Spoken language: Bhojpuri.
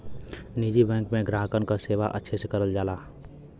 निजी बैंक में ग्राहकन क सेवा अच्छे से करल जाला